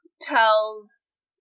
tells